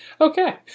Okay